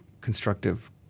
constructive